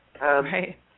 Right